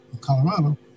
Colorado